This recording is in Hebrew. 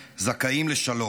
זכאים לשלום,